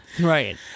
Right